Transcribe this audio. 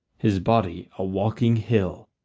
his body a walking hill.